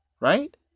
Right